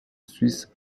suisse